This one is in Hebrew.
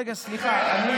רגע, סליחה.